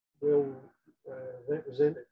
well-represented